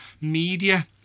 media